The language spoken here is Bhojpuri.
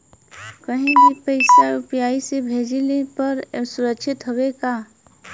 कहि भी पैसा यू.पी.आई से भेजली पर ए सुरक्षित हवे का?